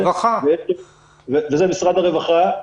וזה משרד הרווחה.